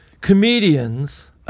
comedians—